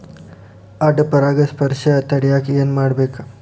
ಅಡ್ಡ ಪರಾಗಸ್ಪರ್ಶ ತಡ್ಯಾಕ ಏನ್ ಮಾಡ್ಬೇಕ್?